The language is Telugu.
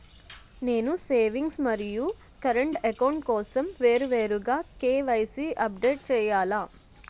నేను సేవింగ్స్ మరియు కరెంట్ అకౌంట్ కోసం వేరువేరుగా కే.వై.సీ అప్డేట్ చేయాలా?